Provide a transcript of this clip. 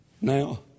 Now